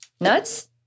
nuts